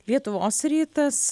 lietuvos rytas